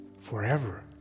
forever